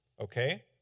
okay